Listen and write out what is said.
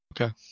Okay